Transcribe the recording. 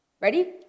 ready